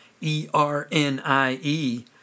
E-R-N-I-E